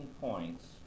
points